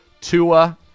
Tua